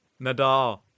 Nadal